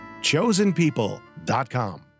chosenpeople.com